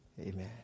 Amen